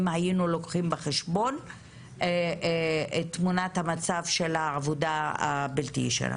אם היינו לוקחים בחשבון את תמונת המצב של העבודה הבלתי ישירה.